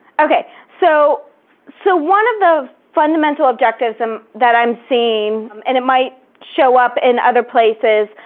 okay, so so one of the fundamental objectives um that i'm seeing, and it might show up in other places,